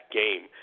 game